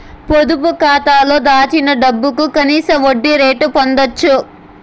పొదుపు కాతాలో దాచిన డబ్బుకు కనీస వడ్డీ రేటు పొందచ్చు